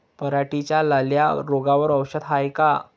पराटीच्या लाल्या रोगावर औषध हाये का?